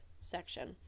section